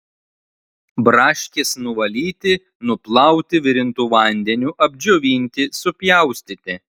braškes nuvalyti nuplauti virintu vandeniu apdžiovinti supjaustyti